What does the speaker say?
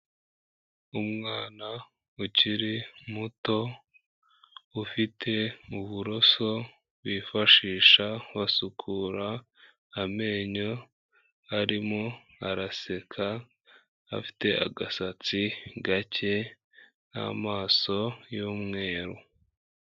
Umwana ukiri muto, ufite mu buroso bifashisha basukura amenyo, arimo araseka afite agasatsi gake n'amaso y'umweru.